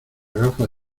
gafas